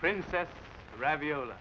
princess ravioli